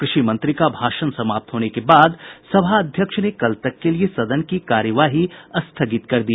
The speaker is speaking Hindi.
कृषि मंत्री का भाषण समाप्त होने के बाद सभाध्यक्ष ने कल तक के लिये सदन की कार्यवाही स्थगित कर दी